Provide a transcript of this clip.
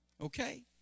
Okay